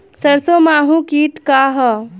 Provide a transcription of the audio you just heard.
सरसो माहु किट का ह?